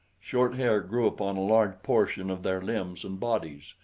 short hair grew upon a large portion of their limbs and bodies,